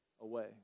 away